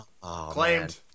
claimed